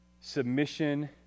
Submission